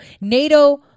NATO